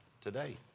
today